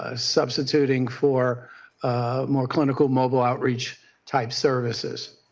ah substituting for more clinical mobile outreach type services.